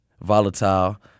volatile